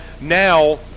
now